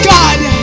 God